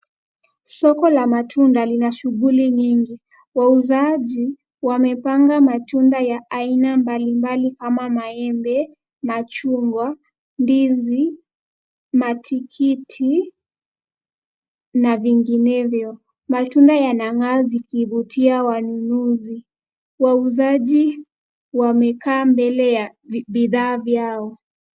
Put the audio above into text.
Soko la matunda lina shughuli nyingi. Wauzaji wamepanga matunda ya aina mblimbali kama maembe, machungwa, ndizi, matikiti na vinginevyo. Wauzaji wamekaa mbele ya bidhaa vyao.